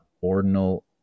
ordinal